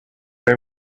they